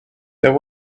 there